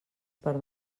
per